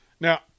Now